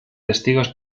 testigos